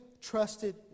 trusted